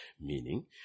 Meaning